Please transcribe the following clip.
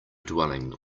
dwelling